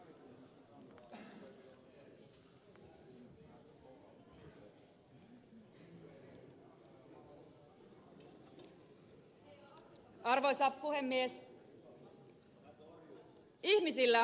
ihmisillä on hätä